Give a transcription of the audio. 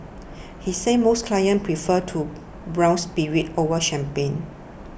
he says most clients prefer to brown spirits over champagne